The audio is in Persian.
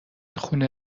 خونه